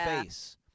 face